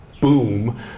boom